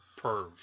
perv